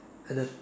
at the